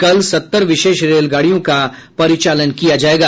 कल सत्तर विशेष रेलगाड़ियों का परिचालन किया जायेगा